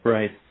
Right